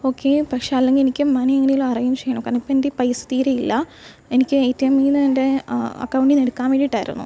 okay പക്ഷെ അല്ലെങ്കിൽ എനിക്ക് മണി എങ്ങനെ എങ്കിലും അറേഞ്ച് ചെയ്യണം കാരണം ഇപ്പം എന്റെ കയ്യിൽ പൈസ തീരെയില്ല എനിക്ക് ഏറ്റിഎമ്മീൽ നിന്ന് എന്റെ അക്കൌണ്ടിൽ നിന്ന് എടുക്കാൻ വേണ്ടിയിട്ടായിരുന്നു